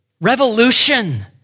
revolution